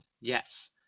yes